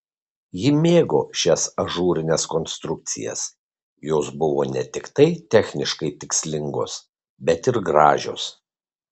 ji mėgo šias ažūrines konstrukcijas jos buvo ne tiktai techniškai tikslingos bet ir gražios